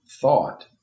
thought